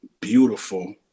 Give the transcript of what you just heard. beautiful